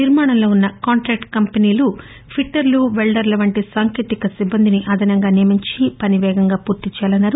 నిర్మాణంలో ఉన్న కాంట్రాక్టు కంపెనీలు ఫిట్టర్లు పెల్డర్ల వంటి సాంకేతిక సిబ్బందిని అదనంగా నియమించి పని పేగంగా పూర్తి చేయాలన్నారు